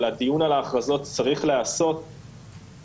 אבל הדיון על ההכרזות צריך להיעשות (קטיעה בשידור הזום)